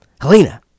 Helena